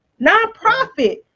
nonprofit